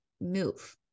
move